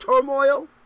turmoil